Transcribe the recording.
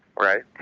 right.